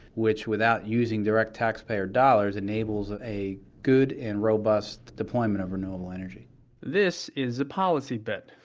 which without using direct taxpayer dollars, enables ah a good and robust deployment of renewable energy this is a policy bet.